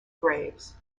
graves